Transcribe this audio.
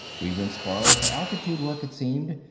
we'd been spoiled for altitude work, it seemed,